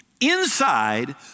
inside